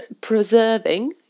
preserving